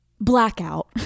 blackout